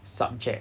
subject